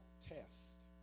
test